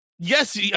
yes